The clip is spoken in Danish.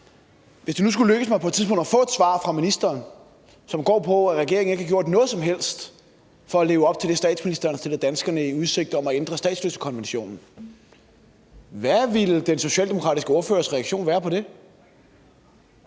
tidspunkt skulle lykkes mig at få et svar fra ministeren, som går på, at regeringen ikke har gjort noget som helst for at leve op til det, statsministeren stillede danskerne i udsigt, om at ændre statsløsekonventionen, hvad ville den socialdemokratiske ordførers reaktion så være på det?